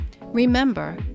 Remember